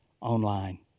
Online